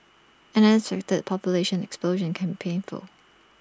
an unexpected population explosion can painful